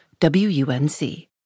WUNC